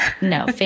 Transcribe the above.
No